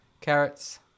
Carrots